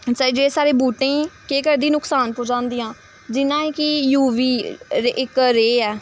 जेह्ड़ी साढ़े बूह्टें गी केह् करदी नुकसान पुजांदियां जिन्ना कि यू वी इक रे ऐ